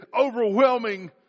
overwhelming